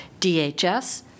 DHS